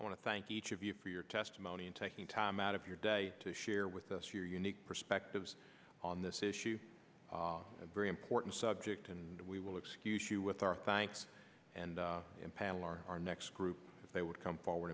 i want to thank each of you for your testimony in taking time out of your day to share with us your unique perspectives on this issue a very important subject and we will excuse you with our thanks and panel our next group if they would come forward